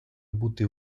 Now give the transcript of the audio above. бути